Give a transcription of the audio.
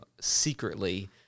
secretly